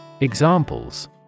Examples